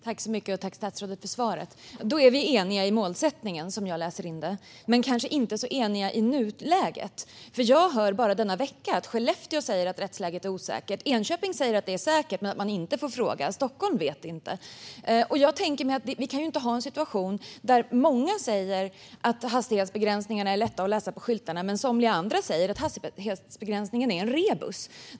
Fru talman! Jag tackar statsrådet för svaret. Då är vi eniga i målsättningen, som jag läser den, men kanske inte så eniga i nuläget. Jag hör bara denna vecka att Skellefteå säger att rättsläget är osäkert. Enköping säger att det är säkert men att man inte får fråga. Stockholm vet inte. Vi kan ju inte ha en situation där många säger att hastighetsbegränsningarna på skyltarna är lätta att läsa men där somliga andra säger att de är en rebus.